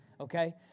okay